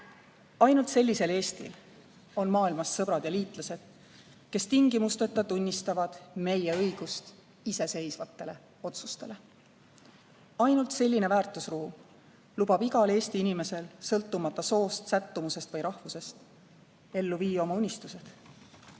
Ainult sellisel Eestil on maailmas sõbrad ja liitlased, kes tingimusteta tunnistavad meie õigust iseseisvatele otsustele. Ainult selline väärtusruum lubab igal Eesti inimesel, sõltumata soost, sättumusest või rahvusest, ellu viia oma unistused.